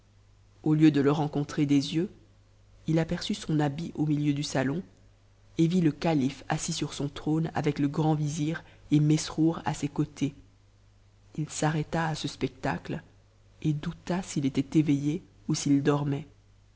au lieu de le rencontrer des yeux il aperçut son habit au milieu du salon et vit le calife assis sur son trône ycc le grand vizir et mesrour à ses côtés il s'arrêta à ce spectacle et douta s'ii était éveillé ou s'il dormait